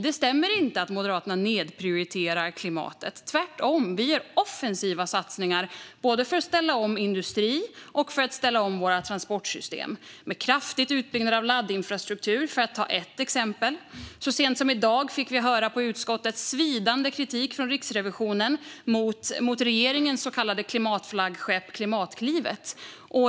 Det stämmer inte att Moderaterna nedprioriterar klimatet. Tvärtom - vi gör offensiva satsningar både för att ställa om industrin och för att ställa om våra transportsystem. Kraftig utbyggnad av laddinfrastruktur är ett exempel. Så sent som i dag fick vi i utskottet höra svidande kritik från Riksrevisionen mot regeringens så kallade klimatflaggskepp Klimatklivet.